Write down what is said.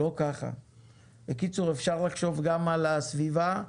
אז אפשר לחשוב גם על הסביבה.